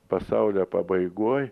pasaulio pabaigoj